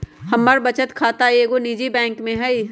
हमर बचत खता एगो निजी बैंक में हइ